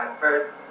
first